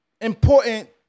important